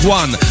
one